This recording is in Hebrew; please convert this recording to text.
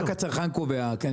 רק הצרכן קובע.